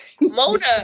Mona